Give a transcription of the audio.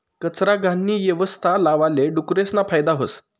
कचरा, घाणनी यवस्था लावाले डुकरेसना फायदा व्हस